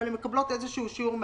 אבל הן מקבלות איזשהו שיעור מהגידול.